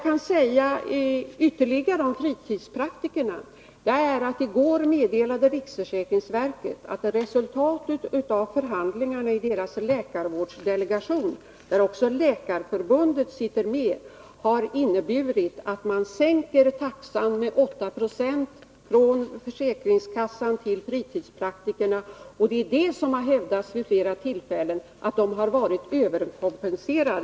I går meddelade dessutom riksförsäkringsverket att resultatet av förhandlingarna i läkarvårdsdelegationen, där också läkarförbundet ingår, har inneburit en sänkning av taxan med 8 2. Det gäller ersättningen från försäkringskassan till fritidspraktikerna. Det har hävdats vid flera tillfällen att läkarna har varit överkompenserade.